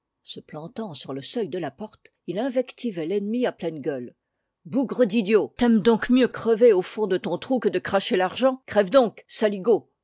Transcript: se plantant sur le seuil de la porte il invectivait l'ennemi à pleine gueule bougre d'idiot t'aimes donc mieux crever au fond de ton trou que de cracher l'argent crève donc saligaud